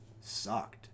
sucked